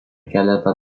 keletą